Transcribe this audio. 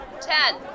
Ten